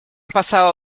pasado